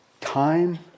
Time